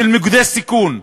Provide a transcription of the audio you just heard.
של מוקדי סיכון.